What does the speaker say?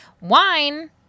Wine